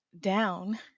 down